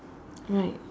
right